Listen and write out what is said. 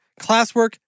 classwork